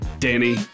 Danny